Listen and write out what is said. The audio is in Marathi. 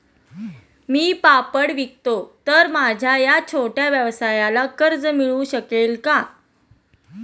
मी पापड विकतो तर माझ्या या छोट्या व्यवसायाला कर्ज मिळू शकेल का?